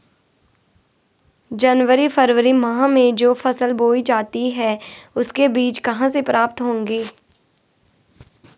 जनवरी फरवरी माह में जो फसल बोई जाती है उसके बीज कहाँ से प्राप्त होंगे?